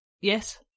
Yes